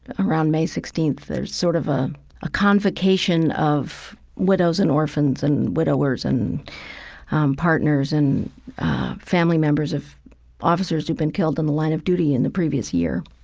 around may sixteenth, there's sort of a ah convocation of widows and orphans and widowers and partners and family members of officers who've been killed in the line of duty in the previous year.